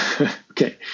Okay